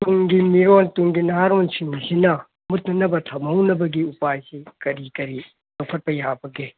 ꯇꯨꯡꯒꯤ ꯃꯤꯔꯣꯟ ꯇꯨꯡꯒꯤ ꯅꯍꯥꯔꯣꯟꯁꯤꯡꯁꯤꯅ ꯃꯨꯠꯇꯅꯕ ꯊꯝꯍꯧꯅꯕꯒꯤ ꯎꯄꯥꯏꯁꯤ ꯀꯔꯤ ꯀꯔꯤ ꯂꯧꯈꯠꯄ ꯌꯥꯕꯒꯦ